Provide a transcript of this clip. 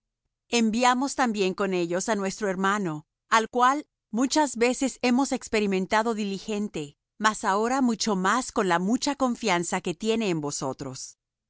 enviamos también con ellos á nuestro hermano al cual muchas veces hemos experimentado diligente mas ahora mucho más con la mucha confianza que tiene en vosotros